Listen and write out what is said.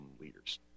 leaders